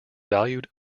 valued